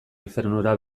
infernura